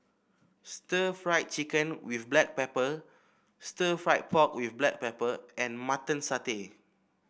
stir Fry Chicken with Black Pepper stir fry pork with Black Pepper and Mutton Satay